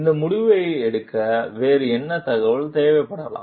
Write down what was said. இந்த முடிவை எடுக்க வேறு என்ன தகவல் தேவைப்படலாம்